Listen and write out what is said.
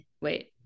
wait